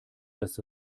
dass